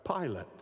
Pilate